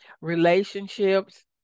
relationships